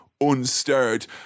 unstirred